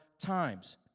times